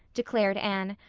declared anne,